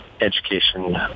education